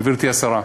גברתי השרה.